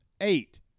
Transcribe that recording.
eight